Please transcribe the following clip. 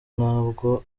ntabwo